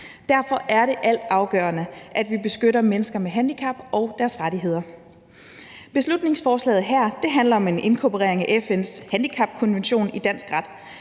Derfor er det altafgørende, at vi beskytter mennesker med handicap og deres rettigheder. Beslutningsforslaget her handler om en inkorporering af FN's handicapkonvention i dansk ret.